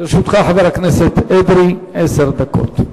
לרשותך, חבר הכנסת אדרי, עשר דקות.